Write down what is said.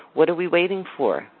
what are we waiting for?